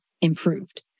improved